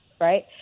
right